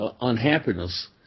unhappiness